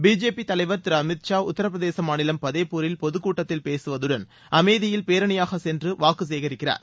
BJP தலைவர் திரு அமித் ஷா உத்த்ரபிரதேச மாநிலம் பதேபூரில் பொதுக்கூட்டத்தில் பேசுவதுடன் அமேதியில் பேரணியாக சென்று வாக்கு சேகரிக்கிறார்